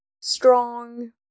strong